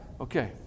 Okay